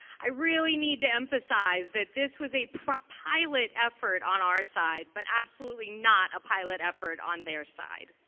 i really need to emphasize that this was a pilot pilot effort on our side, but absolutely not a pilot effort on their side.